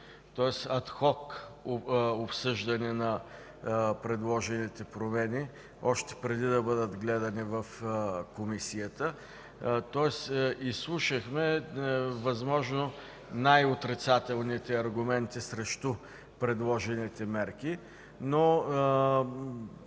адхок обсъждане на предложените промени, още преди да бъдат гледани в Комисията. Тоест изслушахме възможно най-отрицателните аргументи срещу предложените мерки.